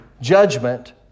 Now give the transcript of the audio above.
Judgment